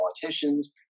politicians